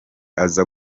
aza